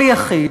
כל יחיד,